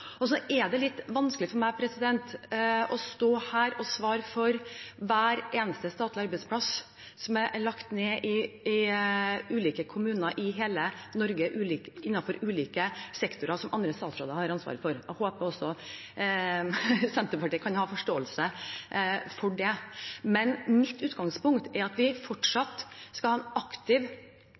Så er det litt vanskelig for meg å stå her og svare for hver eneste statlige arbeidsplass som er lagt ned i ulike kommuner i hele Norge innenfor ulike sektorer som andre statsråder har ansvaret for. Jeg håper Senterpartiet kan ha forståelse for det. Mitt utgangspunkt er at vi fortsatt skal ha en aktiv